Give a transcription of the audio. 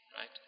right